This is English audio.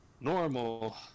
normal